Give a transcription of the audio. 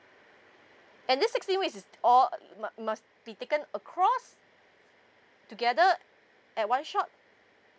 and this sixteen weeks is all uh must must be taken across together at one shot